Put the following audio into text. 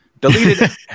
Deleted